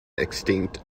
extinct